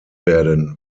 werden